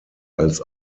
als